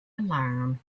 alarm